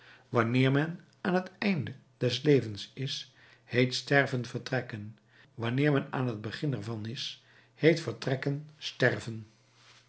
wanneer men aan het einde des levens is heet sterven vertrekken wanneer men aan het begin ervan is heet vertrekken sterven